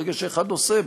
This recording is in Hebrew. ברגע שאחד עושה,